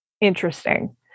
interesting